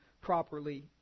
properly